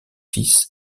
fils